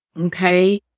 okay